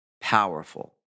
powerful